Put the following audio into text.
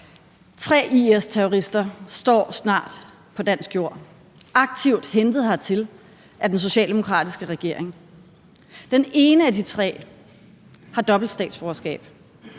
Tre IS-terrorister står snart på dansk jord, aktivt hentet hertil af den socialdemokratiske regering. Den ene af de tre har dobbelt statsborgerskab.